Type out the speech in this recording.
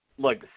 Look